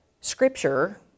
Scripture